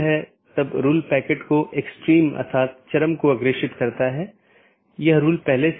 यदि तय अवधी के पूरे समय में सहकर्मी से कोई संदेश प्राप्त नहीं होता है तो मूल राउटर इसे त्रुटि मान लेता है